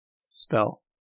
Spell